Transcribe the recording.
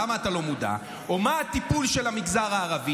למה אתה לא מודע, או מה הטיפול במגזר הערבי?